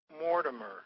Mortimer